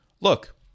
look